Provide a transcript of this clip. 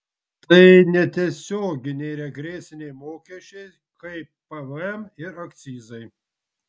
tai netiesioginiai regresiniai mokesčiai kaip pvm ir akcizai